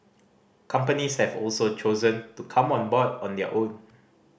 companies have also chosen to come on board on their own